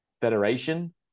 federation